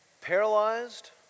paralyzed